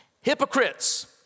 Hypocrites